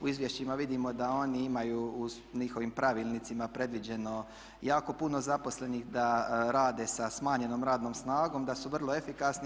U izvješćima vidimo da oni imaju u njihovim pravilnicima predviđeno jako puno zaposlenih, da rade sa smanjenom radnom snagom, da su vrlo efikasni.